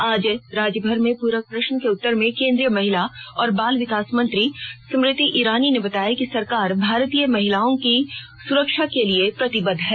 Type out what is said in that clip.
आज राज्यसभा में पूरक प्रश्न के उत्तर में केन्द्रीय महिला और बाल विकास मंत्री स्मृति ईरानी ने बताया कि सरकार भारतीय महिलाओं की सुरक्षा के लिए प्रतिबद्ध है